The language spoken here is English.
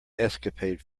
escapade